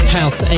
House